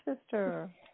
sister